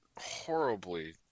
horribly